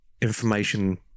information